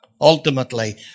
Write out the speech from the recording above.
Ultimately